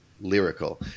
lyrical